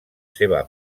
seva